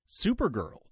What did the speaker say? Supergirl